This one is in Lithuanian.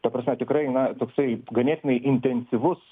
ta prasme tikrai na toksai ganėtinai intensyvus